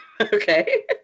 Okay